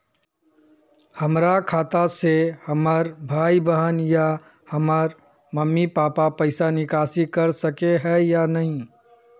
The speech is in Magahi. हमरा खाता से हमर भाई बहन या हमर मम्मी पापा पैसा निकासी कर सके है या नहीं?